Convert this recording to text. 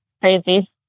crazy